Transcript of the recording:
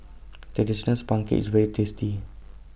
Traditional Sponge Cake IS very tasty